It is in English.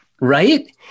right